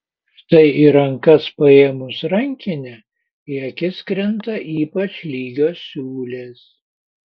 štai į rankas paėmus rankinę į akis krinta ypač lygios siūlės